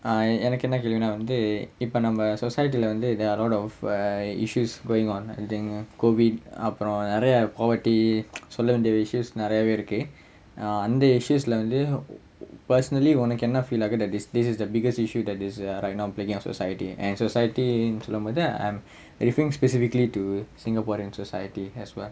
err எனக்கு என்ன கேள்வினா வந்து இப்ப நம்ம:enakku enna kelvinaa vanthu ippa namma society leh வந்து:vanthu there a lot of uh issues going on I think COVID அப்புறம் நிறைய:appuram niraiya poverty சொல்ல வேண்டிய:solla vendiya issues நிறையவே இருக்கு அந்த:niraiyavae irukku antha issues leh வந்து:vanthu personally ஒனக்கு என்ன:onakku enna feel ஆகுது:aguthu that this this is the biggest issue that is right now plaguing our society and society னு சொல்லும் போது:nu sollum pothu I'm referring specifically to singaporean society as well